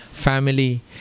Family